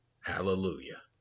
Hallelujah